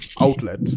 outlet